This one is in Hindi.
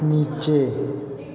नीचे